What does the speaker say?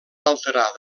alterar